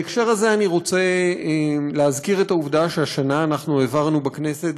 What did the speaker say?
בהקשר הזה אני רוצה להזכיר את העובדה שהשנה אנחנו העברנו בכנסת,